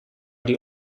die